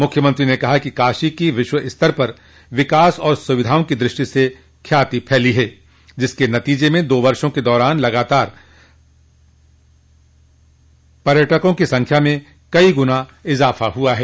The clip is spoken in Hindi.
मुख्यमंत्री ने कहा कि काशी की विश्व स्तर पर विकास और सुविधाओं की दृष्टि से ख्याति फैली है जिसके नतीजे में दो वर्षो के दौरान लगातार पर्यटकों की संख्या में कई गुना इज़ाफ़ा हुआ है